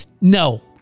no